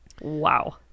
Wow